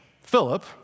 Philip